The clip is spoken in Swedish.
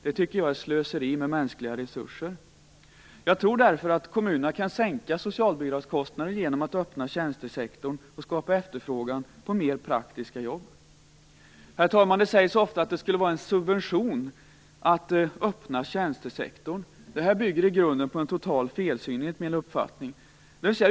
Det tycker jag är slöseri med mänskliga resurser. Jag tror därför att kommunerna kan sänka sina socialbidragskostnader genom att öppna tjänstesektorn och skapa efterfrågan på mer praktiska jobb. Herr talman! Det sägs ofta att det skulle vara en subvention att öppna tjänstesektorn. Det bygger i grunden på en total felsyn, enligt min uppfattning.